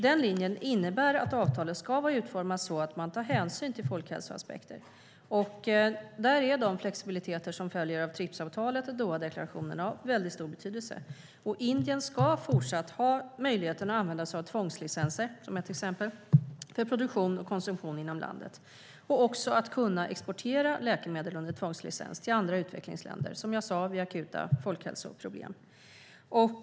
Den linjen innebär att avtalet ska vara utformat så att man tar hänsyn till folkhälsoaspekter. Där är de flexibiliteter som följer av TRIPS-avtalet och Dohadeklarationen av stor betydelse. Indien ska även fortsättningsvis ha möjligheten att använda sig av tvångslicenser, som ett exempel, för produktion och konsumtion inom landet och också kunna exportera läkemedel under tvångslicens till andra utvecklingsländer, som jag sade, vid akuta folkhälsoproblem.